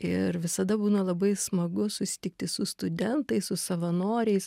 ir visada būna labai smagu susitikti su studentais su savanoriais